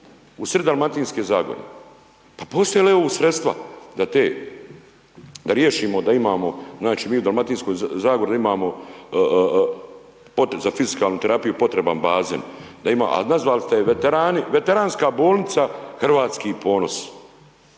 usred Dalmatinske Zagore, pa postoje li EU sredstva da te, riješimo da imamo, znači, mi u Dalmatinskoj Zagori da imamo pod za fizikalnu terapiju i potreban bazen, da ima, al' nazvali ste je veterani, Veteranska bolnica Hrvatski ponos,